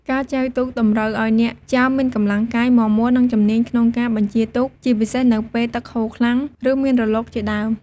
ការចែវទូកតម្រូវឲ្យអ្នកចែវមានកម្លាំងកាយមាំមួន និងជំនាញក្នុងការបញ្ជាទូក ជាពិសេសនៅពេលទឹកហូរខ្លាំង ឬមានរលកជាដើម។